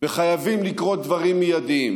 וחייבים לקרות דברים מיידיים: